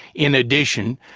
in addition,